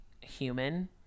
human